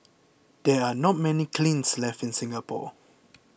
there are not many kilns left in Singapore